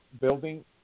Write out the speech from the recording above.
building